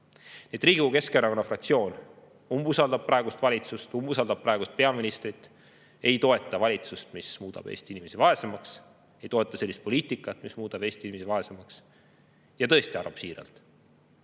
Riigikogu Keskerakonna fraktsioon umbusaldab praegust valitsust, umbusaldab praegust peaministrit, ei toeta valitsust, mis muudab Eesti inimesi vaesemaks, ei toeta sellist poliitikat, mis muudab Eesti inimesi vaesemaks, ja tõesti arvab siiralt,